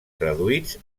traduïts